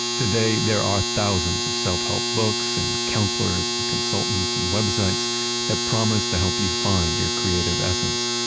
today, there are thousands of self-help books and counselors and consultants and websites that promise to help you find your creative essence.